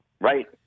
Right